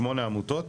שמונה עמותות.